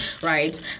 right